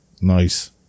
Nice